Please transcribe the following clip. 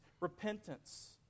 repentance